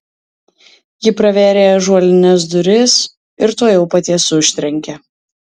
ji pravėrė ąžuolines duris ir tuojau pat jas užtrenkė